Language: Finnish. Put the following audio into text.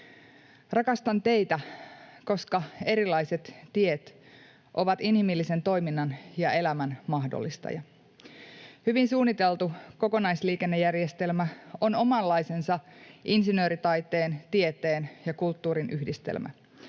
Rakastan teitä, koska erilaiset tiet ovat inhimillisen toiminnan ja elämän mahdollistaja. Hyvin suunniteltu kokonaisliikennejärjestelmä on omanlaisensa insinööritaiteen, tieteen ja kulttuurin yhdistelmä,